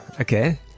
okay